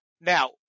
Now